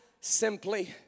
simply